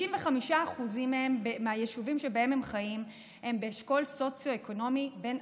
ש-95% מהיישובים שבהם הם חיים הם באשכול סוציו-אקונומי 1